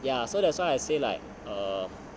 ya so that's why I say like err